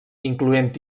incloent